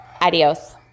Adios